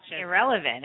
irrelevant